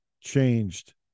changed